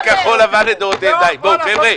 --- חברי כחול לבן לדורותיהם, די.